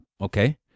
okay